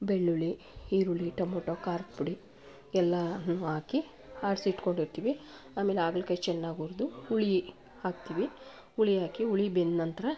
ಬೆಳ್ಳುಳ್ಳಿ ಈರುಳ್ಳಿ ಟೊಮೊಟೊ ಖಾರದ ಪುಡಿ ಎಲ್ಲವೂ ಹಾಕಿ ಆರಿಸಿಟ್ಕೊಂಡಿರ್ತೀವಿ ಆಮೇಲೆ ಹಾಗಲಕಾಯಿ ಚೆನ್ನಾಗಿ ಹುರ್ದು ಹುಳಿ ಹಾಕ್ತೀವಿ ಹುಳಿ ಹಾಕಿ ಹುಳಿ ಬೆಂದ ನಂತರ